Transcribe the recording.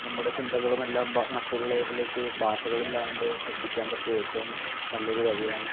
നമ്മുടെ ചിന്തകളുമെല്ലാം മറ്റുള്ളവരിലേക്ക് ഭാഷകളില്ലാതെ എത്തിക്കാൻ പറ്റിയ ഏറ്റവും നല്ല ഒരു വഴിയാണ്